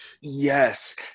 Yes